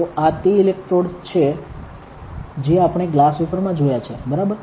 તો આ તે ઇલેક્ટ્રોડ છે જે આપણે ગ્લાસ વેફરમાં જોયા છે બરાબર